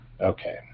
Okay